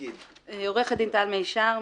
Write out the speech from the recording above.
אני עורכת דין טל מישר,